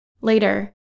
Later